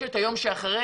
יש את היום שאחרי.